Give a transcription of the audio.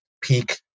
peak